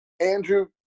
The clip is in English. Andrew